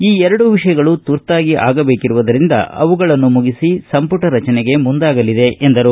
ಈ ಎರಡು ವಿಷಯಗಳು ತುರ್ತಾಗಿ ಆಗಬೇಕಿರುವುದರಿಂದ ಅವುಗಳನ್ನು ಮುಗಿಸಿ ಸಂಪುಟ ರಚನೆಗೆ ಮುಂದಾಗಲಿದೆ ಎಂದರು